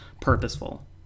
purposeful